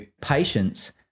patience